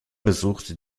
besuchte